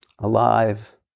alive